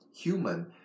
human